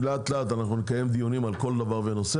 לאט-לאט אנחנו נקיים דיונים על כל נושא,